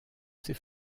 ses